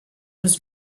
was